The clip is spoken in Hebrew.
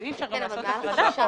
אי אפשר לעשות הבחנה.